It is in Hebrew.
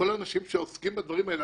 כל האנשים שעוסקים בדברים האלה,